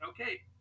Okay